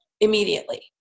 immediately